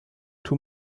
two